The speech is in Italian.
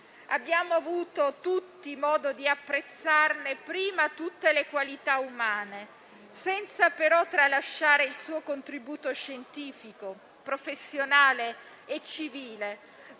Abbiamo avuto tutti modo di apprezzarne tutte le qualità umane, senza però tralasciare il suo contributo scientifico, professionale e civile,